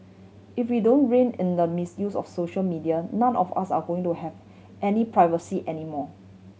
if we don't rein in the misuse of social media none of us are going to have any privacy anymore